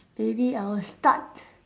maybe I will start